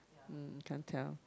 mm can't tell